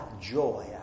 joy